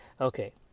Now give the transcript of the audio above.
Okay